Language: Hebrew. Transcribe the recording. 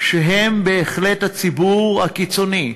שהם בהחלט הציבור הקיצוני,